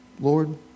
Lord